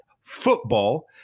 football